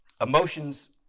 emotions